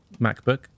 MacBook